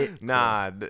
Nah